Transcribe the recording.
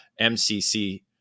MCC